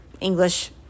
English